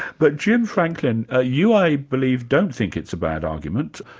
but james franklin, ah you i believe, don't think it's a bad argument,